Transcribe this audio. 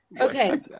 Okay